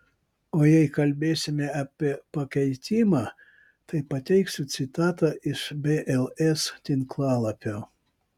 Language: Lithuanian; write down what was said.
o jei kalbėsime apie pakeitimą tai pateiksiu citatą iš bls tinklalapio